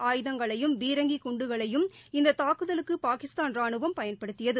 ஆயுதங்களையும் பீரங்கிக் குண்டுகளையும் இந்ததாக்குதலுக்குபாகிஸ்தான் ராணுவம் சிறு பயன்படுத்தியது